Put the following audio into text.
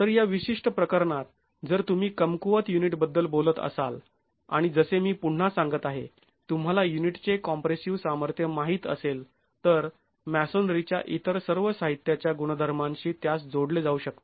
तर या विशिष्ट प्रकरणात जर तुम्ही कमकुवत युनिट बद्दल बोलत असाल आणि जसे मी पुन्हा सांगत आहे तुम्हाला युनिटचे कॉम्प्रेसिव सामर्थ्य माहित असेल तर मॅसोनरीच्या इतर सर्व साहित्याच्या गुणधर्मांशी त्यास जोडले जाऊ शकते